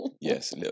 Yes